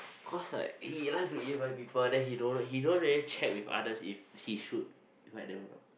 cause right he like to invite people then he don't he don't really check with others if he should so I never know